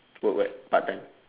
work what part time